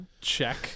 check